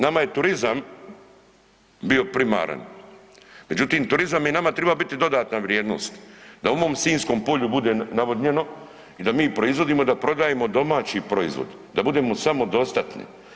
Nama je turizam bio primaran, međutim turizam je nama triba biti dodatna vrijednost da u mom Sinjskom polju bude navodnjeno i da mi proizvodimo i da prodajemo domaći proizvod, da budemo samodostatni.